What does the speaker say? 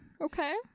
Okay